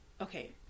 okay